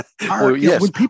Yes